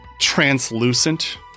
translucent